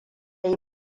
yi